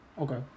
Okay